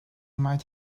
might